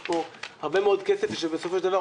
יש פה הרבה מאוד כסף שבסופו של דבר,